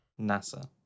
nasa